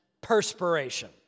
perspiration